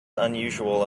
unusual